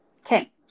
Okay